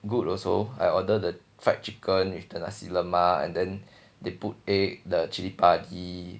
good also I order the fried chicken with the nasi lemak and then they put egg the chilli padi